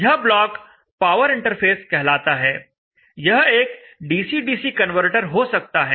यह block power interface कहलाता है यह एक डीसी डीसी कनवर्टर हो सकता है